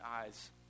eyes